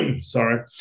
sorry